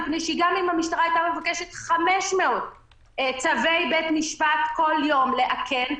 מפני שגם אם המשטרה הייתה מבקשת 500 צווי בית-משפט כל יום לאכן,